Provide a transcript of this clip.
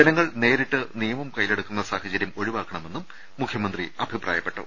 ജനങ്ങൾ നേരിട്ട് നിയമം കയ്യിലെടുക്കുന്ന സാഹ ചര്യം ഒഴിവാക്കണമെന്നും മുഖ്യമന്ത്രി അഭിപ്രായപ്പെട്ടു